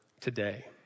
today